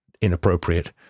inappropriate